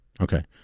Okay